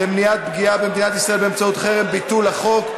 למניעת פגיעה במדינת ישראל באמצעות חרם (ביטול החוק),